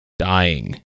dying